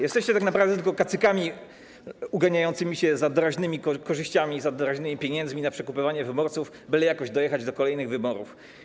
Jesteście tak naprawdę tylko kacykami uganiającymi się za doraźnymi korzyściami, za doraźnymi pieniędzmi na przekupywanie wyborców, byle jakoś dojechać do kolejnych wyborów.